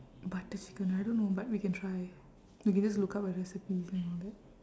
butter chicken I don't know but we can try we can just look up at recipes and all that